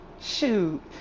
Shoot